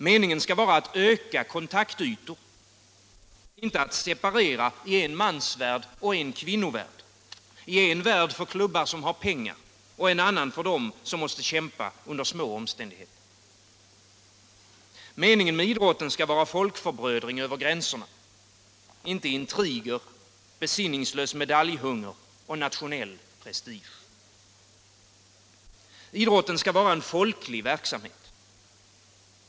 Meningen skall vara att öka kontaktytor, inte att separera i en mansvärld och en kvinnovärld, i en värld för klubbar som har pengar och en annan för dem som måste kämpa under små omständigheter. Meningen med idrotten skall vara folkförbrödring över gränserna — inte intriger, besinningslös medaljhunger och nationell prestige. Idrotten skall vara en folklig verksamhet.